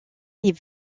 est